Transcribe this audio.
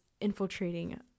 infiltrating